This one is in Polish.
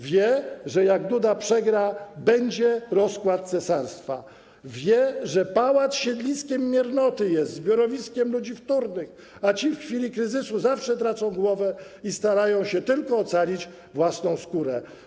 Wie, że jak Duda przegra, będzie rozkład cesarstwa, wie, że pałac siedliskiem miernoty jest, zbiorowiskiem ludzi wtórnych, a ci w chwili kryzysu zawsze tracą głowę i starają się tylko ocalić własną skórę.